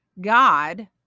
God